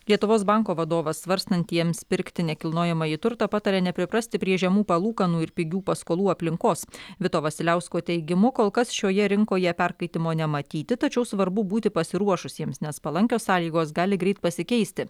lietuvos banko vadovas svarstantiems pirkti nekilnojamąjį turtą pataria nepriprasti prie žemų palūkanų ir pigių paskolų aplinkos vito vasiliausko teigimu kol kas šioje rinkoje perkaitimo nematyti tačiau svarbu būti pasiruošusiems nes palankios sąlygos gali greit pasikeisti